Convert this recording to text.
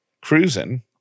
cruising